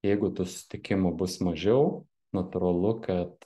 jeigu tų susitikimų bus mažiau natūralu kad